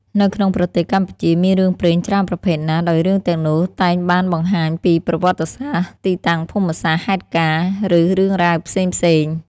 នៅក្នុងប្រទេសកម្ពុជា មានរឿងព្រេងច្រើនប្រភេទណាស់ ដោយរឿងទាំងនោះតែងបានបង្ហាញពី ប្រវត្តិសាស្រ្ដ ទីតាំងភូមិសាស្រ្ដ ហេតុការណ៍ ឬរឿងរ៉ាវផ្សេងៗ។